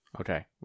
Okay